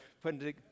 putting